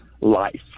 life